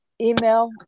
email